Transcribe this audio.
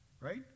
right